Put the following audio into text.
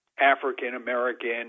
African-American